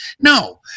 No